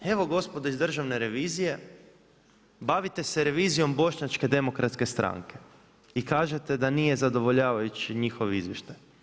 Evo gospodo iz Državne revizije, bavite se revizijom Bošnjačkom demokratske stranke i kažete da nije zadovoljavajući njihov izvještaj.